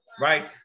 right